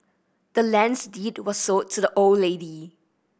the land's deed was sold to the old lady